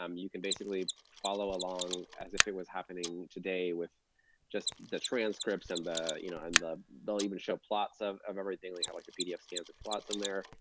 um you can basically follow along as if it was happening today with just the transcripts and the you know and the they'll even show plots of of everything, they have like the pdf scans of plots on there.